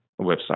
website